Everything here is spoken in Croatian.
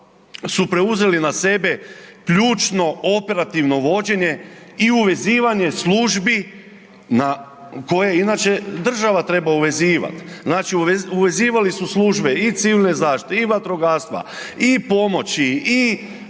su preuzeli na sebe ključno operativno vođenje i uvezivanje službi na, koje inače država treba uvezivat. Znači, uvezivali su službe i civilne zaštite i vatrogastva i pomoći i